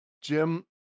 jim